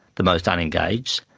the most unengaged,